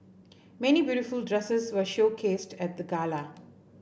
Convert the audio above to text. many beautiful dresses were showcased at the gala